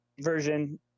version